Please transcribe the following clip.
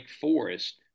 Forest